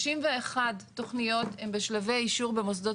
31 תכניות הן בשלבי אישור במוסדות